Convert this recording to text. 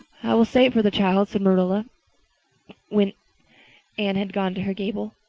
i will say it for the child, said marilla when anne had gone to her gable,